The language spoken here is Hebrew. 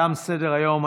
תם סדר-היום.